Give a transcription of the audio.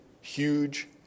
huge